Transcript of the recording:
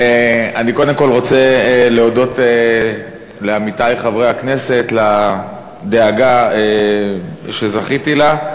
אני קודם כול רוצה להודות לעמיתי חברי הכנסת על הדאגה שזכיתי לה.